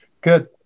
Good